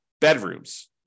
bedrooms